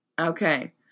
Okay